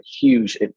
huge